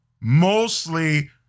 mostly